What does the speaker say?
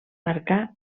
marcar